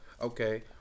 Okay